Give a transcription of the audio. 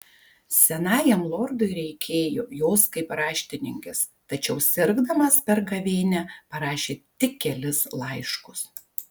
senajam lordui reikėjo jos kaip raštininkės tačiau sirgdamas per gavėnią parašė tik kelis laiškus